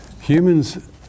Humans